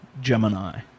Gemini